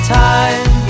time